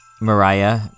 mariah